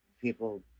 people